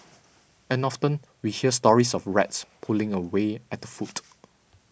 and often we hear stories of rats pulling away at the food